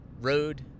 Road